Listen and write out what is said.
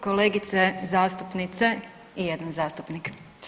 Kolegice zastupnice i jedan zastupnik.